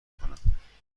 کنم